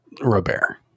Robert